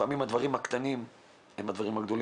לפעמים הדברים הקטנים הם גדולים,